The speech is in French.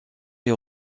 est